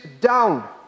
down